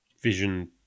vision